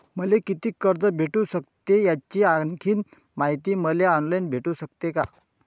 मले कितीक कर्ज भेटू सकते, याची आणखीन मायती मले ऑनलाईन भेटू सकते का?